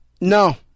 No